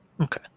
Okay